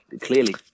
clearly